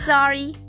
Sorry